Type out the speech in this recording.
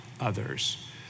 others